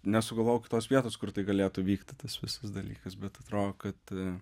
nesugalvojau kitos vietos kur tai galėtų vykti tas visas dalykas bet atrodo kad